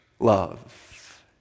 love